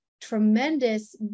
tremendous